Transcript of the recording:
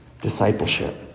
discipleship